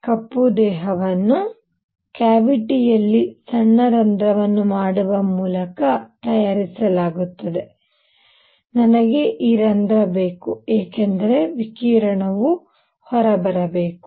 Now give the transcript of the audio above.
ಕಪ್ಪು ದೇಹವನ್ನು ಕ್ಯಾವಿಟಿಯಲ್ಲಿ ಸಣ್ಣ ರಂಧ್ರವನ್ನು ಮಾಡುವ ಮೂಲಕ ತಯಾರಿಸಲಾಗುತ್ತದೆ ನನಗೆ ಈ ರಂಧ್ರ ಬೇಕು ಏಕೆಂದರೆ ವಿಕಿರಣವು ಹೊರಬರಬೇಕು